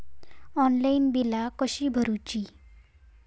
Online बिला कशी भरूची?